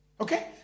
Okay